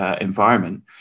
environment